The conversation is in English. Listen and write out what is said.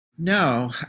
no